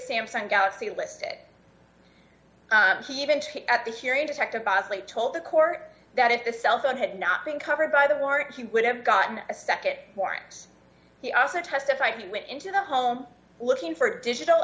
samsung galaxy listed he even at the hearing detective bosley told the court that if the cell phone had not been covered by the warrant he would have gotten a nd point he also testified he went into the home looking for digital